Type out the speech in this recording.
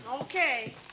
Okay